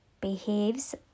behaves